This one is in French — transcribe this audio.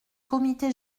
comité